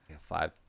Five